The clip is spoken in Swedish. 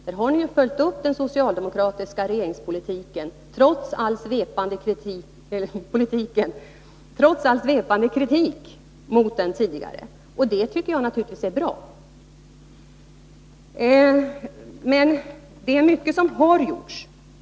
Där har ni ju följt upp den socialdemokratiska regeringspolitiken, trots all svepande kritik mot den tidigare, och det är naturligtvis bra. Det är mycket som har gjorts.